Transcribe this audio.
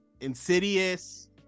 insidious